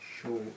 Sure